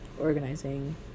organizing